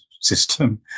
system